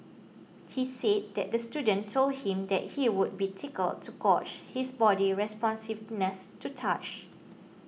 he said that the student told him that he would be tickled to gauge his body's responsiveness to touch